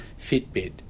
Fitbit